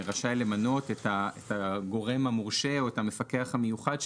למנות את הגורם המורשה או את המפקח המיוחד,